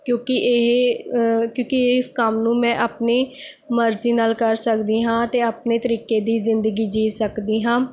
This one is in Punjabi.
ਕਿਉਂਕਿ ਇਹ ਕਿਉਂਕਿ ਇਸ ਕੰਮ ਨੂੰ ਮੈਂ ਆਪਣੀ ਮਰਜ਼ੀ ਨਾਲ ਕਰ ਸਕਦੀ ਹਾਂ ਅਤੇ ਆਪਣੇ ਤਰੀਕੇ ਦੀ ਜ਼ਿੰਦਗੀ ਜੀ ਸਕਦੀ ਹਾਂ